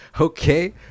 okay